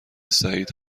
سعید